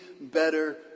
better